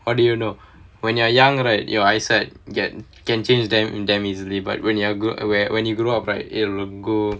what do you know when you're young right your eyesight can can change damn damn easily but when you're grow when when you grow up right it will go